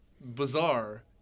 bizarre